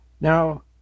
Now